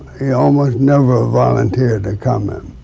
he almost never volunteered to comment.